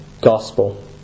gospel